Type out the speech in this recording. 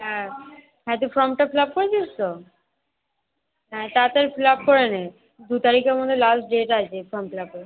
হ্যাঁ হ্যাঁ তুই ফর্মটা ফিল আপ করেছিস তো হ্যাঁ তাড়াতাড়ি ফিল আপ করে নে দু তারিখে মনে হয় লাস্ট ডেট আছে ফর্ম ফিল আপের